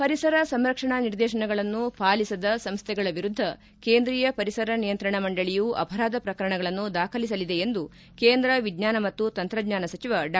ಪರಿಸರ ಸಂರಕ್ಷಣಾ ನಿರ್ದೇಶನಗಳನ್ನು ಪಾಲಿಸದ ಸಂಸ್ಥೆಗಳ ವಿರುದ್ದ ಕೇಂದ್ರೀಯ ಪರಿಸರ ನಿಯಂತ್ರಣ ಮಂಡಳಿಯು ಅಪರಾಧ ಪ್ರಕರಣಗಳನ್ನು ದಾಖಲಿಸಲಿದೆ ಎಂದು ಕೇಂದ್ರ ವಿಜ್ಞಾನ ಮತ್ತು ತಂತ್ರಜ್ಞಾನ ಸಚಿವ ಡಾ